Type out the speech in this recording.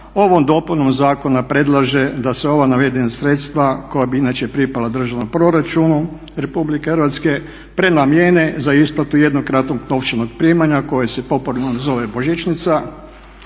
ovom dopunom zakona predlaže da se ova navedena sredstva koja bi inače pripala državnom proračunu Republike Hrvatske prenamijene za isplatu jednokratnog novčanog primanja koje se popularno zove božićnica